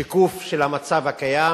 בשיקוף של המצב הקיים,